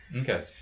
okay